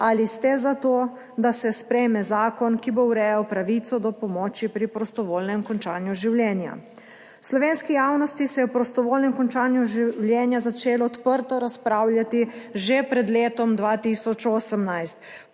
Ali ste za to, da se sprejme zakon, ki bo urejal pravico do pomoči pri prostovoljnem končanju življenja? V slovenski javnosti se je o prostovoljnem končanju življenja začelo odprto razpravljati že pred letom 2018.